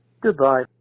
Goodbye